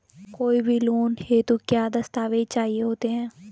कोई भी लोन हेतु क्या दस्तावेज़ चाहिए होते हैं?